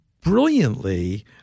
brilliantly